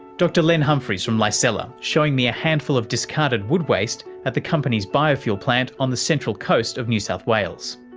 dr len humphreys from licella showing me a handful of discarded wood waste at the company's biofuel plant on the central coast of new south wales.